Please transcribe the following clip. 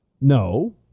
No